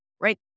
right